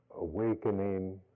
Awakening